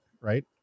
Right